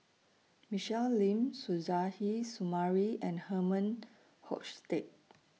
Michelle Lim Suzairhe Sumari and Herman Hochstadt